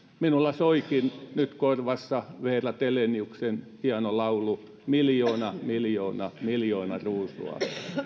minulla soikin nyt korvassa vera teleniuksen hieno laulu miljoona miljoona miljoona ruusua